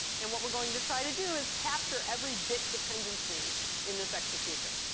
and what we're going to try to do is capture every bit dependency in this execution.